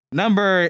number